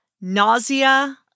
nausea